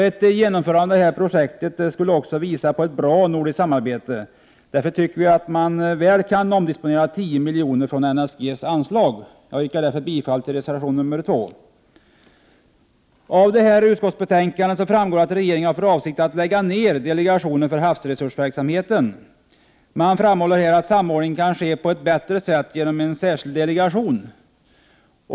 Ett genomförande av projektet skulle också visa på ett bra nordiskt samarbete. Därför anser vi att 10 milj.kr. av NSG:s anslag mycket väl kan omdisponeras. Jag yrkar därför bifall till reservation 2. Av utskottsbetänkandet framgår att regeringen har för avsikt att lägga ner delegationen för havsresursverksamheten. Utskottsmajoriteten framhåller att samordningen kan ske på ett bättre sätt än genom en särskild delegation.